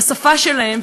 בשפה שלהם,